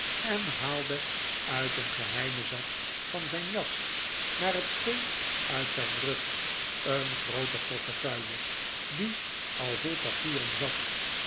en haalde uit een geheimen zak van zijn jas naar net scheen uit zijn rug een groote portefeuille die al vol papieren zat